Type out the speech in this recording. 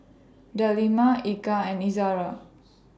Delima Eka and Izara